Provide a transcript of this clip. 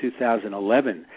2011